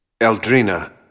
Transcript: Eldrina